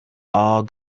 all